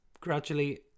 gradually